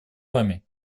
вами